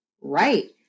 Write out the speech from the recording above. Right